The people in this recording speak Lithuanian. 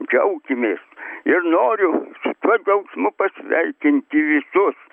džiaukimės ir noriu su tuo džiaugsmu pasveikinti visus